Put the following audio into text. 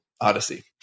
odyssey